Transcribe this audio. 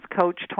coach